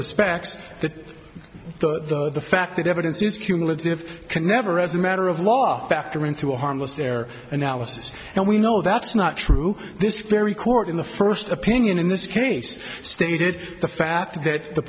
that the fact that evidence is cumulative can never as a matter of law factor into a harmless error analysis and we know that's not true this very court in the first opinion in this case stated the fact th